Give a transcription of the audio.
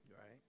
Right